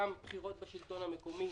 גם בחירות בשלטון המקומי